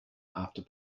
after